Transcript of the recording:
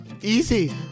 Easy